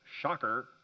shocker